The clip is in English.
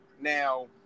Now